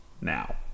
now